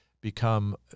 become